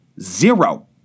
Zero